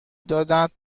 دادهاند